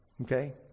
Okay